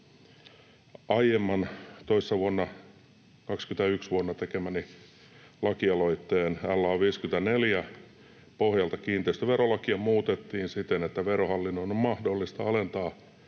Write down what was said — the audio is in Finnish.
vuonna, 21-vuonna, tekemäni lakialoitteen LA 54 pohjalta kiinteistöverolakia muutettiin siten, että Verohallinnon on mahdollista alentaa